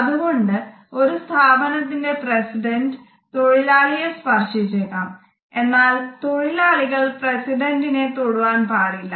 അതുകൊണ്ട് ഒരു സ്ഥാപനത്തിന്റെ പ്രസിഡന്റ് തൊഴിലാളിയെ സ്പർശിച്ചേക്കാം എന്നാല് തൊഴിലാളികൾ പ്രസിഡന്റിനെ തൊടുവൻ പാടില്ല